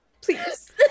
Please